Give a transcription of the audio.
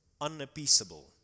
unappeasable